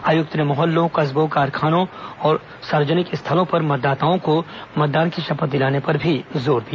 आयुक्त ने मोहल्लों कस्बों कारखानों और सार्वजनिक स्थलों पर मतदाताओं को मतदान की शपथ दिलाने पर भी जोर दिया